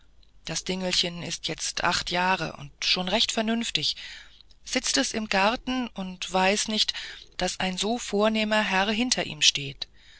das dingelchen ist jetzt acht jahre und schon recht vernünftig sitzt es im garten und weiß nicht daß ein so vornehmer herr hinter ihm steht